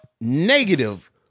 Negative